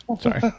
Sorry